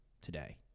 today